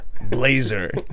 Blazer